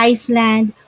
Iceland